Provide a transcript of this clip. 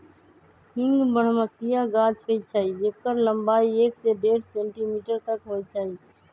हींग बरहमसिया गाछ होइ छइ जेकर लम्बाई एक से डेढ़ सेंटीमीटर तक होइ छइ